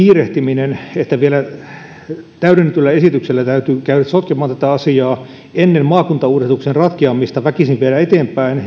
kiirehtiminen että vielä täydennetyllä esityksellä täytyy käydä sotkemaan tätä asiaa ennen maakuntauudistuksen ratkeamista väkisin viedä eteenpäin